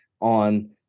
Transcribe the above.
on